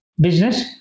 business